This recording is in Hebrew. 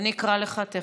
אני אקרא לך תכף.